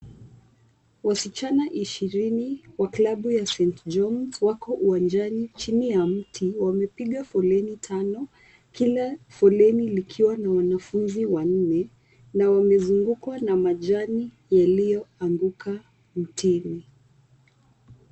Wasichana ishirini wa klabu ya St. Johns wako uwanjani chini ya mti wamepiga foleni tano. Kila foleni likiwa na wanafunzi wanne na wamezungukwa na majani yaliyoanguka mtini.